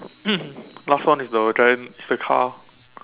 last one is the giant is the car